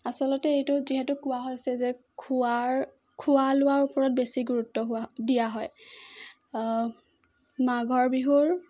আচলতে এইটো যিহেতু কোৱা হৈছে যে খোৱাৰ খোৱা লোৱাৰ ওপৰত বেছি গুৰুত্ব হোৱা দিয়া হয় মাঘৰ বিহুৰ